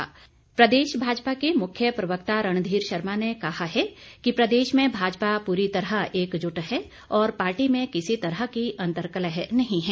रणधीर प्रदेश भाजपा के मुख्य प्रवक्ता रणधीर शर्मा ने कहा है कि प्रदेश में भाजपा पूरी तरह एकजुट है और पार्टी में किसी तरह की अंतकलह नही है